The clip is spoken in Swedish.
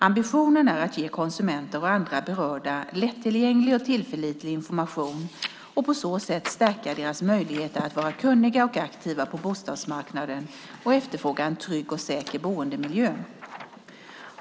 Ambitionen är att ge konsumenter och andra berörda lättillgänglig och tillförlitlig information och på så sätt stärka deras möjligheter att vara kunniga och aktiva på bostadsmarknaden och efterfråga en trygg och säker boendemiljö.